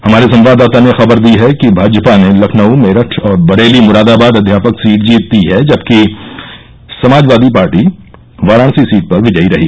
हमारे संवाददाता ने खबर दी है कि भाजपा ने लखनऊ मेरठ और बरेली मुरादाबाद अध्यापक सीट जीती हैं जबकि समाजवादी पार्टी वाराणसी सीट पर विजयी रही